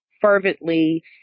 fervently